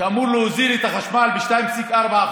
שאמור להוזיל את החשמל ב-2.4%,